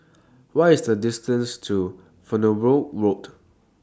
What IS The distance to Farnborough Road